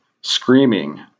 screaming